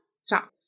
stop